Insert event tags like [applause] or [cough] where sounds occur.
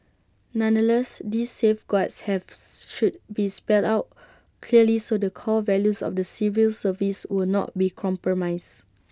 nonetheless these safeguards have [noise] should be spelled out clearly so the core values of the civil service would not be compromised